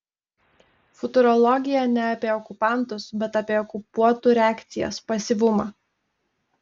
futurologija ne apie okupantus bet apie okupuotų reakcijas pasyvumą